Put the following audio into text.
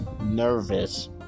nervous